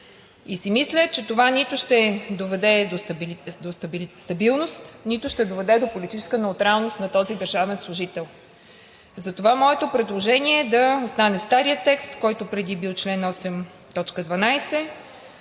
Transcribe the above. И си мисля, че това нито ще доведе до стабилност, нито ще доведе до политическа неутралност на този държавен служител. Затова моето предложение е да остане старият текст, който преди е бил чл. 8, т.